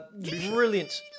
brilliant